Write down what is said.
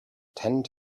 tend